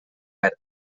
verd